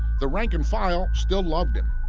the rank and filed still loved him,